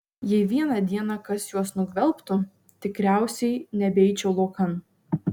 jei vieną dieną kas juos nugvelbtų tikriausiai nebeičiau laukan